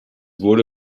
wurde